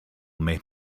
made